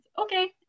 okay